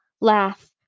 Laugh